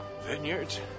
Vineyards